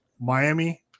Miami